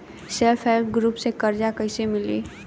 Self help group से कर्जा कईसे मिली?